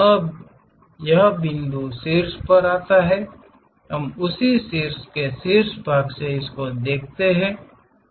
अब यह बिंदु शीर्ष पर आता है हम उसी के शीर्ष भाग से देख रहे हैं